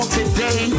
today